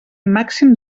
màxim